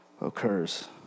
occurs